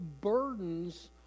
burdens